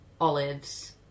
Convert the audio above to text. olives